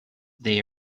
they